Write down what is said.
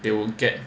they will get